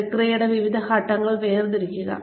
പ്രക്രിയയുടെ വിവിധ ഘട്ടങ്ങൾ വേർതിരിക്കുക